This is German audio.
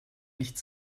nicht